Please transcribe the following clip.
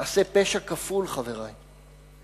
מעשה פשע כפול, חברי.